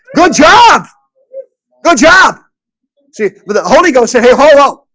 good job good job see with a holy ghost in here ho um